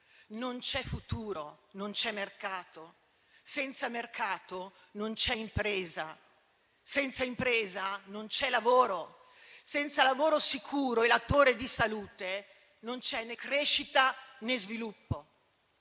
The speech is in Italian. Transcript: non c'è futuro, non c'è mercato; senza mercato, non c'è impresa; senza impresa, non c'è lavoro. Senza lavoro sicuro e latore di salute non ci sono né crescita, né sviluppo,